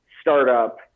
startup